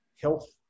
health